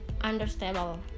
understandable